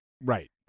Right